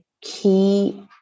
key